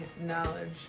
knowledge